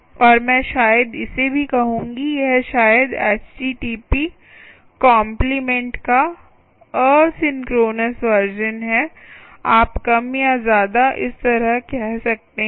और मैं शायद इसे भी कहूंगी यह शायद एचटीटीपी कॉम्प्लीमेंट का असिंक्रोनस वर्शन है आप कम या ज्यादा इस तरह कह सकते हैं